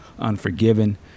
Unforgiven